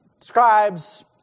scribes